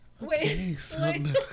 Wait